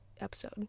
episode